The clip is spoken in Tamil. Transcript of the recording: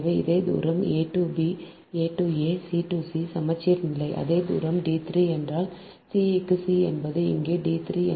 எனவே அதே தூரம் a to a c to c சமச்சீர்நிலை அதே தூரம் d 3 என்றால் c க்கு c என்பது இங்கே d 3